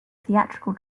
theatrical